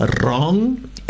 wrong